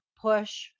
push